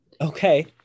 Okay